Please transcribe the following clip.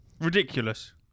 Ridiculous